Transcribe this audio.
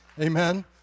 Amen